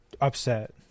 upset